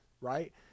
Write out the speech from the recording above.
Right